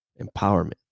empowerment